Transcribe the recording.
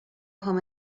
home